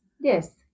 Yes